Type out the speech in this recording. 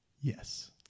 yes